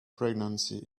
pregnancy